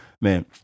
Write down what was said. man